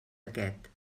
aquest